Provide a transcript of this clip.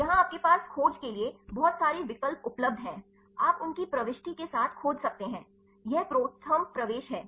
यहाँ आपके पास खोज के लिए बहुत सारे विकल्प उपलब्ध हैं आप उनकी प्रविष्टि के साथ खोज सकते हैं यह प्रोथर्म प्रवेश है